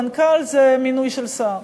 מנכ"ל זה מינוי של שר,